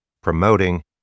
promoting